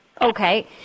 Okay